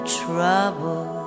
trouble